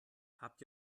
habt